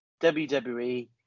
WWE